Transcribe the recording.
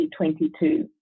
2022